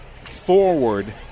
forward